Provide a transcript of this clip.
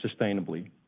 sustainably